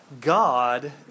God